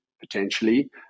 potentially